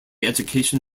education